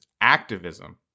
activism